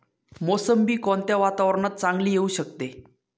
मोसंबी कोणत्या वातावरणात चांगली येऊ शकते?